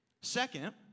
Second